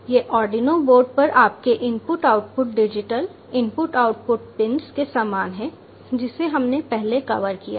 यह Arduino board पर आपके input output digital input output pins के समान है जिसे हमने पहले कवर किया था